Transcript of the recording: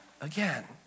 again